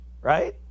right